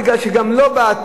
מפני שגם הוא,